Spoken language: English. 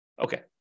Okay